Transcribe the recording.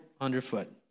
underfoot